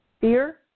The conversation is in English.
fear